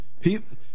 People